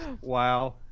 Wow